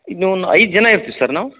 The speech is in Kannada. ಈಗ ನಾವು ಒಂದು ಐದು ಜನ ಇರ್ತೀವಿ ಸರ್ ನಾವು